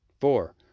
four